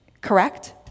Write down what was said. Correct